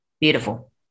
beautiful